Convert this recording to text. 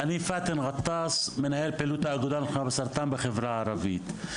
אני פאתן ג'טאס מנהל הפעילות של האגודה למלחמה בסרטן בחברה הערבית.